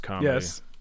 Yes